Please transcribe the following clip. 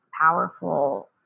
powerful